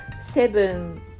seven